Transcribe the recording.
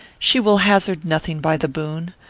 she will hazard nothing by the boon.